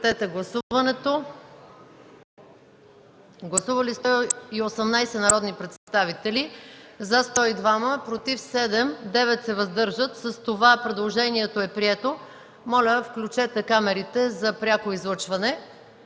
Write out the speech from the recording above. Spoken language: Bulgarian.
Предложението е прието.